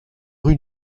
rue